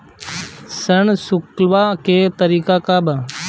ऋण चुकव्ला के तरीका का बा?